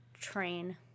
train